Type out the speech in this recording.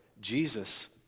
Jesus